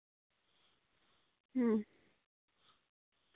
ᱦᱩᱸ